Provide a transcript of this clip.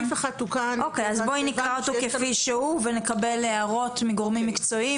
אז בואי נקרא אותו כפי שהוא ונקבל הערות מגורמים מקצועיים.